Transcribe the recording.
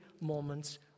moments